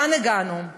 לאן הגענו?